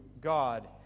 God